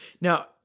Now